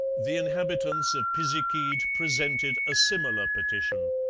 the inhabitants of pisiquid presented a similar petition.